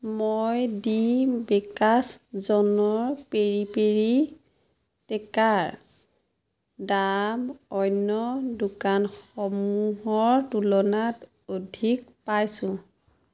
মই the bakers dozen peri peri cracker দাম অন্য দোকানসমূহৰ তুলনাত অধিক পাইছোঁ